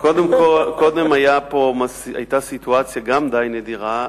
קודם גם היתה פה סיטואציה די נדירה,